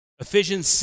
Ephesians